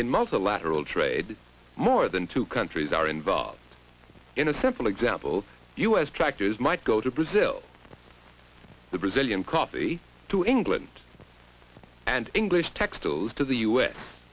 in multilateral trade more than two countries are involved in a simple example u s tractors might go to brazil the brazilian coffee to england and english t